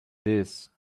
this